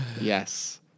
Yes